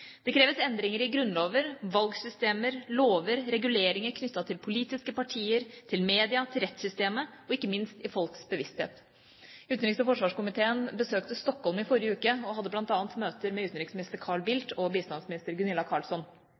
Det kreves endringer i grunnlover, i valgsystemer, i lover, i reguleringer knyttet til politiske partier, i media, i rettssystemet og ikke minst i folks bevissthet. Utenriks- og forsvarskomiteen besøkte Stockholm i forrige uke og hadde bl.a. møter med Sveriges utenriksminister Carl Bildt og bistandsministeren, Gunilla